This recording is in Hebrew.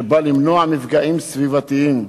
שבא למנוע מפגעים סביבתיים,